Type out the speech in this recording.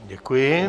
Děkuji.